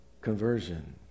conversion